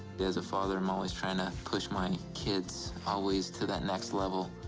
as a father, i'm always trying to push my kids always to that next level,